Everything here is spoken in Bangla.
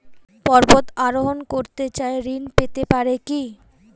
পর্বত আরোহণ করতে চাই ঋণ পেতে পারে কি?